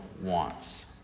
wants